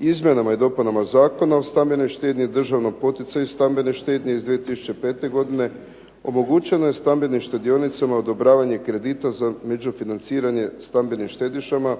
Izmjenama i dopunama Zakona o stambenoj štednji, državnom poticaju stambene štednje iz 2005. godine omogućeno je stambenim štedionicama odobravanje kredita za međufinanciranje stambenim štedišama,